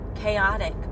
chaotic